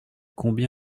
combien